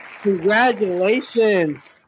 Congratulations